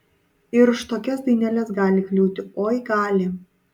ir už tokias daineles gali kliūti oi gali